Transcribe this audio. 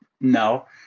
No